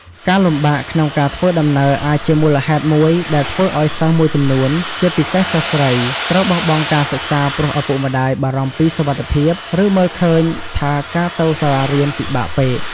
ការលំបាកក្នុងការធ្វើដំណើរអាចជាមូលហេតុមួយដែលធ្វើឱ្យសិស្សមួយចំនួន ជាពិសេសសិស្សស្រី ត្រូវបោះបង់ការសិក្សាព្រោះឪពុកម្ដាយបារម្ភពីសុវត្ថិភាព ឬមើលឃើញថាការទៅសាលារៀនពិបាកពេក។